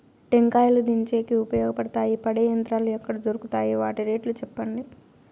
టెంకాయలు దించేకి ఉపయోగపడతాయి పడే యంత్రాలు ఎక్కడ దొరుకుతాయి? వాటి రేట్లు చెప్పండి?